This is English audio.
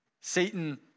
Satan